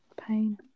Pain